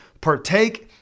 partake